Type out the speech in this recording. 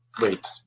Wait